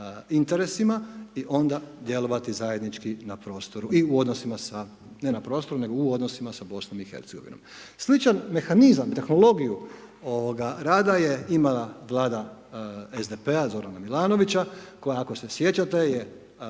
interesima i onda djelovati zajednički na prostoru i u odnosima sa, ne na prostoru nego u odnosima sa BiH. Sličan mehanizam, tehnologiju ovoga rada je imala Vlada SDP-a Zorana Milanovića koja ako se sjećate je